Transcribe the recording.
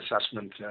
assessment